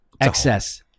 excess